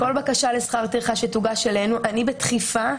כל בקשה לשכר טרחה שתוגש אלינו, אני בדחיפה.